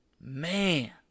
Man